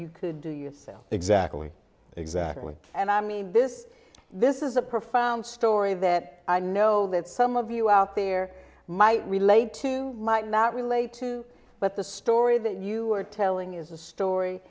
you could do yourself exactly exactly and i mean this this is a profound story that i know that some of you out there might relate to might not relate to but the story that you were telling is a story